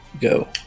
go